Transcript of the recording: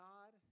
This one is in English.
God